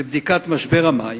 לבדיקת משבר המים,